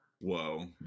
Whoa